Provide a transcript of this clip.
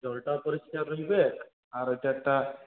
জলটাও পরিষ্কার হবে আর ওইটা একটা